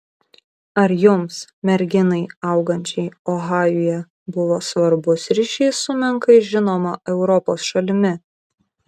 ar jums merginai augančiai ohajuje buvo svarbus ryšys su menkai žinoma europos šalimi